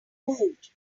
moved